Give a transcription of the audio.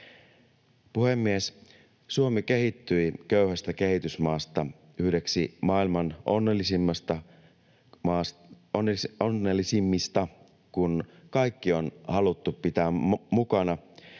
Puhemies! Suomi kehittyi köyhästä kehitysmaasta yhdeksi maailman onnellisimmista maista, kun kaikki on haluttu pitää mukana.